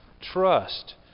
Trust